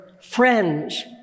friends